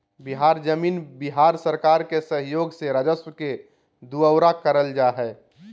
बिहार जमीन बिहार सरकार के सहइोग से राजस्व के दुऔरा करल जा हइ